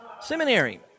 seminary